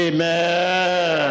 Amen